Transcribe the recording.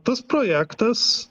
tas projektas